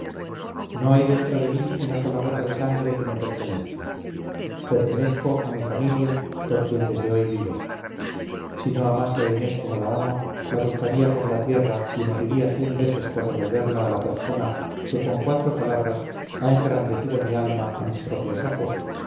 no hay dentro de mí una sola gota de sangre que me pertenezca pertenezco a mi familia por quien desde hoy vivo si no amase a inés como la amo la buscaría por la tierra y moriría cien veces por devolverla a la persona que con cuatro palabras ha engrandecido mi alma a mis propios ojos